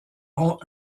ont